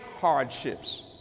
hardships